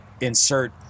insert